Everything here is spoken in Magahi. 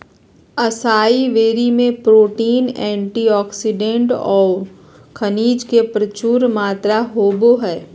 असाई बेरी में प्रोटीन, एंटीऑक्सीडेंट औऊ खनिज के प्रचुर मात्रा होबो हइ